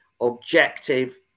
objective